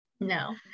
No